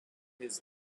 his